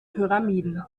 pyramiden